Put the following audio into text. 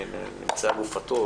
שנמצאה גופתו,